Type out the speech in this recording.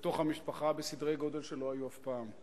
בתוך המשפחה, בסדרי גודל שלא היו אף פעם.